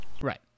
Right